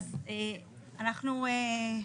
אז אנחנו ביקשנו,